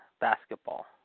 basketball